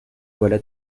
voilà